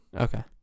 okay